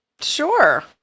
Sure